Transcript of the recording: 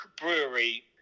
Brewery